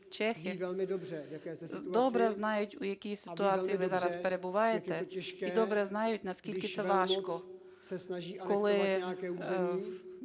добре знають, у якій ситуації ви зараз перебуваєте і добре знають, наскільки це важко, коли